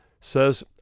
says